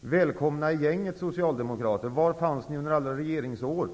Välkomna in i gänget, socialdemokrater! Var fanns ni under alla era regeringsår?